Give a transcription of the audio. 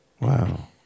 Wow